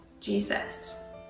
Jesus